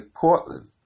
Portland